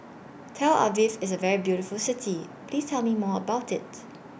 Tel Aviv IS A very beautiful City Please Tell Me More about IT